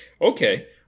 Okay